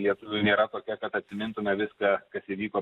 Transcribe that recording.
lietuvių nėra tokia kad atmintume viską kas įvyko